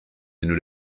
and